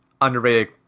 underrated